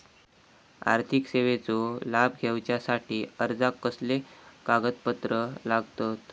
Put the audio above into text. आर्थिक सेवेचो लाभ घेवच्यासाठी अर्जाक कसले कागदपत्र लागतत?